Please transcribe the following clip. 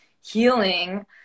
healing